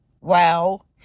wow